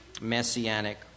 messianic